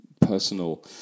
personal